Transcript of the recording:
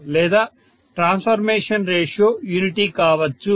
లేదా transformation ratio unity కావచ్చు